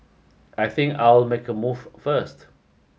I think I'll make a move first